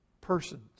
persons